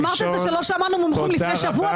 -- אמרת שלא שמענו מומחים לפני שבוע,